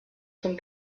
zum